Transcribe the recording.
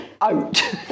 out